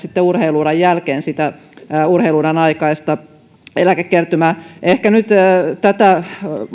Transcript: kompensoida urheilu uran jälkeen sitä urheilu uran aikaista eläkekertymää ehkä nyt tätä